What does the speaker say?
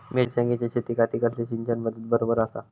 मिर्षागेंच्या शेतीखाती कसली सिंचन पध्दत बरोबर आसा?